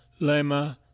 lema